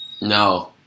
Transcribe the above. No